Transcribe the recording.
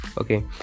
okay